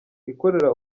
akorera